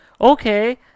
okay